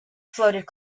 floated